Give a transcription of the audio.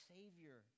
Savior